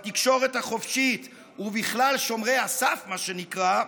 בתקשורת החופשית, ובכלל שומרי הסף, מה שנקרא,